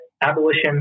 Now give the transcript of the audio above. abolition